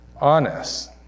Honest